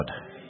God